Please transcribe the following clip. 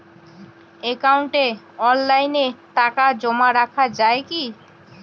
একাউন্টে অনলাইনে টাকা জমা রাখা য়ায় কি?